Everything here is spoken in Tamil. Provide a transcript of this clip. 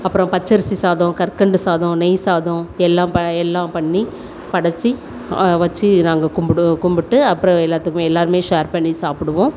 அப்புறம் பச்சரிசி சாதம் கற்கண்டு சாதம் நெய் சாதம் எல்லாம் ப எல்லாம் பண்ணி படைச்சி வச்சு நாங்கள் கும்பிடுவோம் கும்பிட்டு அப்புறம் எல்லாத்துக்குமே எல்லோருமே ஷேர் பண்ணி சாப்பிடுவோம்